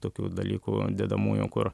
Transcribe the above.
tokių dalykų dedamųjų kur